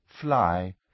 fly